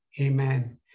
amen